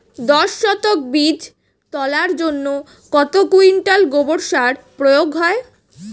দশ শতক বীজ তলার জন্য কত কুইন্টাল গোবর সার প্রয়োগ হয়?